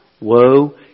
woe